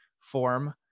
form